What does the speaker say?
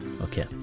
Okay